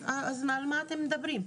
אז על מה אתם מדברים?